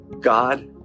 God